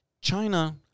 China